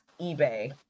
eBay